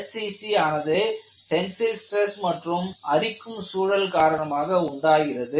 SSC ஆனது tensile stress மற்றும் அரிக்கும் சூழல் காரணமாக உண்டாகிறது